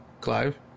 Clive